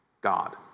God